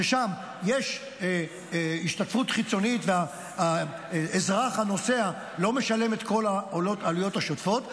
ששם יש השתתפות חיצונית והאזרח הנוסע לא משלם את כל העלויות השוטפות,